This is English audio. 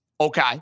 Okay